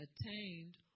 attained